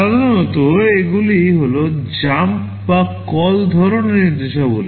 সাধারণত এগুলি হল জাম্প বা কল ধরণের নির্দেশাবলী